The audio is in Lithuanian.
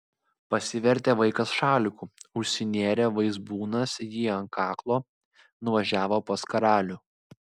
pasivertė vaikas šaliku užsinėrė vaizbūnas jį ant kaklo nuvažiavo pas karalių